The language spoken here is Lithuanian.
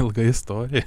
ilga istorija